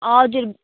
हजुर